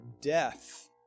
death